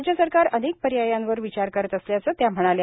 राज्य सरकार अनेक पर्यायांवर विचार करत असल्याचं त्या म्हणाल्या